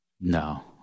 no